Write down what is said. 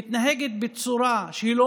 מתנהג בצורה שלא